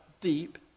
deep